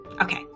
Okay